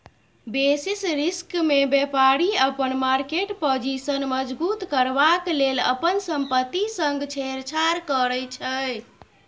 basis रिस्कमे बेपारी अपन मार्केट पाजिशन मजगुत करबाक लेल अपन संपत्ति संग छेड़छाड़ करै छै